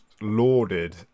lauded